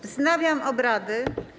Wznawiam obrady.